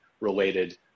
related